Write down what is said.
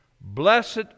Blessed